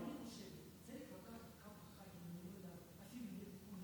אני מודיע שבשעה 19:10 אנחנו נתחיל בהצבעה